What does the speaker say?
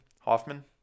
hoffman